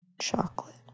chocolate